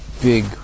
big